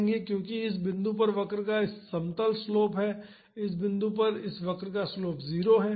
क्योंकि इस बिंदु पर इस वक्र का समतल स्लोप है इस बिंदु पर इस वक्र का स्लोप 0 है